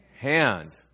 hand